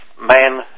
man